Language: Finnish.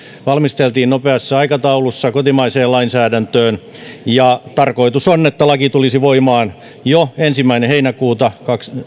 valmisteltiin nopeassa aikataulussa kotimaiseen lainsäädäntöön tarkoitus on että laki tulisi voimaan jo ensimmäinen heinäkuuta